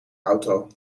auto